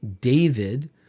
david